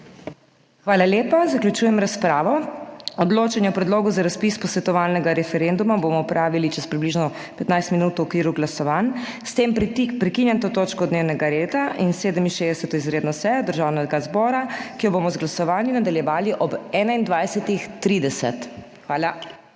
Hvala lepa. Zaključujem razpravo. Odločanje o Predlogu za razpis posvetovalnega referenduma bomo opravili čez približno 15 minut v okviru glasovanj. S tem prekinjam to točko dnevnega reda in 67. izredno sejo Državnega zbora, ki jo bomo z glasovanji nadaljevali ob 21.30. Hvala.